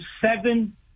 seven